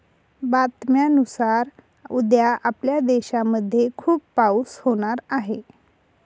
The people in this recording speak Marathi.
बातम्यांनुसार उद्या आपल्या देशामध्ये खूप पाऊस होणार आहे